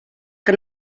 que